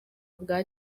bwa